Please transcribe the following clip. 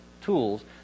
tools